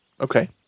Okay